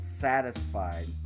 satisfied